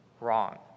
wrong